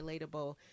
relatable